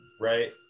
Right